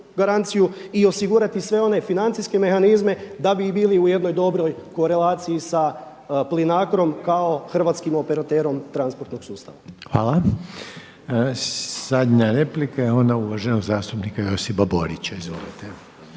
i osigurati sve one financijske mehanizme da bi bili u jednoj dobroj korelaciji sa Plinacrom kao hrvatskim operaterom transportnog sustava. **Reiner, Željko (HDZ)** Hvala lijepa. Zadnja replika je ona uvaženog zastupnika Josipa Borića. Izvolite.